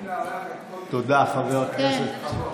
תודה, חבר הכנסת מקלב.